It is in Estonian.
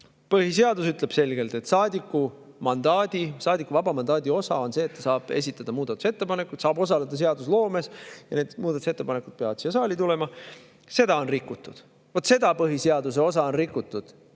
põhiseadus ütleb selgelt, et saadiku vaba mandaadi osa on see, et ta saab esitada muudatusettepanekuid, saab osaleda seadusloomes, ja need muudatusettepanekud peavad siia saali tulema. Seda on rikutud, seda põhiseaduse osa on rikutud,